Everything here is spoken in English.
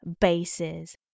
bases